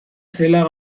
zela